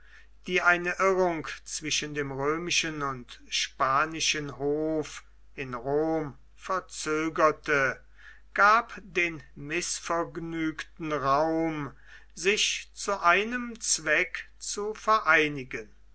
die eine irrung zwischen dem römischen und spanischen hof in rom verzögerte gab den mißvergnügten raum sich zu einem zweck zu vereinigen